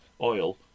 Oil